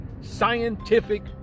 scientific